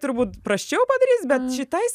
turbūt prasčiau padarys bet šitai